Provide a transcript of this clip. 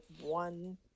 one